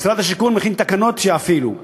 משרד השיכון מכין תקנות שיפעילו את החוק.